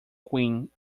queen